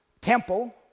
Temple